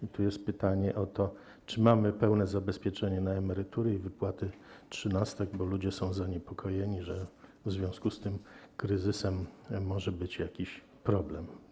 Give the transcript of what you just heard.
I tu jest pytanie o to, czy mamy pełne zabezpieczenie, jeśli chodzi o emerytury i wypłaty trzynastek, bo ludzie są zaniepokojeni, że w związku z tym kryzysem może być jakiś problem.